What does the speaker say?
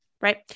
Right